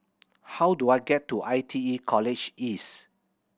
how do I get to I T E College East